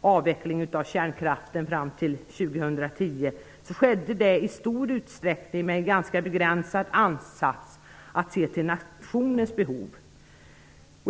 avveckla kärnkraften år 2010, skedde det i stor utsträckning med en ganska begränsad ansats, att se till nationens behov.